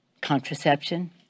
contraception